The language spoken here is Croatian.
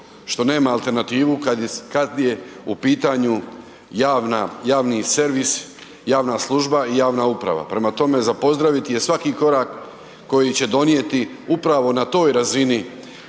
što nema alternativu kada je u pitanju javni servis, javna služba i javna uprava. Prema tome, za pozdraviti je svaki korak koji će donijeti upravo na toj razini